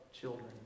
children